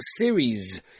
series